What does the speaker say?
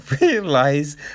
realize